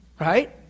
Right